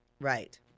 Right